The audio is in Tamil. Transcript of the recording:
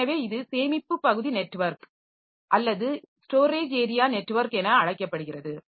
எனவே இது சேமிப்பு பகுதி நெட்வொர்க் அல்லது SAN என அழைக்கப்படுகிறது